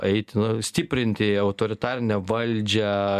eiti nu stiprinti autoritarinę valdžią